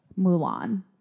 Mulan